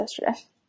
yesterday